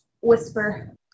Whisper